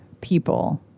people